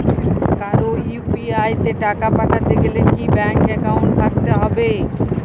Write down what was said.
কারো ইউ.পি.আই তে টাকা পাঠাতে গেলে কি ব্যাংক একাউন্ট থাকতেই হবে?